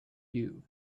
you